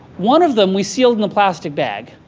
one of them, we sealed in a plastic bag,